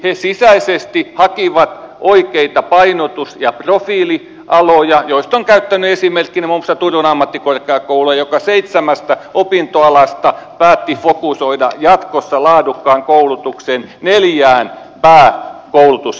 he sisäisesti hakivat oikeita painotus ja profiilialoja ja olen käyttänyt esimerkkinä muun muassa turun ammattikorkeakoulua joka seitsemästä opintoalasta päätti fokusoida jatkossa laadukkaan koulutuksen neljään pääkoulutusalaan